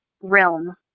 realm